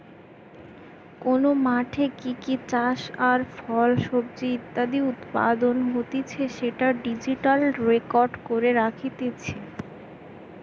কোন মাঠে কি কি শস্য আর ফল, সবজি ইত্যাদি উৎপাদন হতিছে সেটা ডিজিটালি রেকর্ড করে রাখতিছে